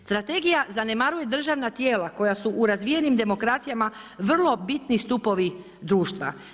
Strategija zanemaruje državna tijela koja su u razvijenim demokracijama vrlo bitni stupovi društva.